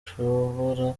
ishobora